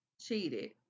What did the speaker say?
cheated